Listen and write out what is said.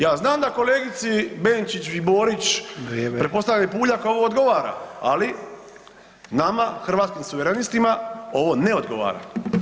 Ja znam da kolegici Benčić, Borić pretpostavljam i Puljak ovo odgovara, ali nama Hrvatskim suverenistima ovo ne odgovara.